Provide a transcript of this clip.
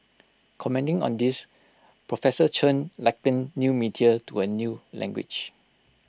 commenting on this Prof Chen likened new media to A new language